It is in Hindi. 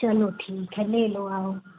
चलो ठीक है ले लो आओ